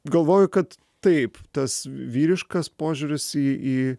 galvoju kad taip tas vyriškas požiūris į į